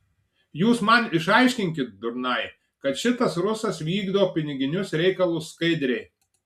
jūs man išaiškinkit durnai kad šitas rusas vykdo piniginius reikalus skaidriai